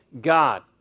God